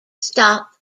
stop